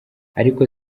ariko